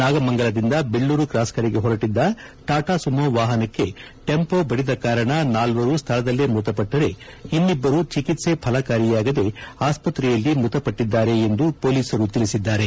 ನಾಗಮಂಗಲದಿಂದ Bellur cross ಕಡೆಗೆ ಹೊರಟಿದ್ದ Tata Sumo ವಾಹನಕ್ಕೆ ಟೆಂಪೊ ಬದಿದ ಕಾರಣ ನಾಲ್ವರು ಸ್ಥಳದಲ್ಲೇ ಮೃತಪಟ್ಟರೆ ಇನ್ನಿಬ್ಬರು ಚೆಕಿತ್ಸೆ ಫಲಕಾರಿಯಾಗದೇ ಆಸ್ಪತ್ರೆಯಲ್ಲಿ ಮೃತಪಟ್ಟಿದ್ದಾರೆ ಎಂದು ಪೊಲೀಸರು ತಿಳಿಸಿದ್ದಾರೆ